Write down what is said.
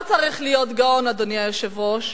ולא צריך להיות גאון, אדוני היושב-ראש,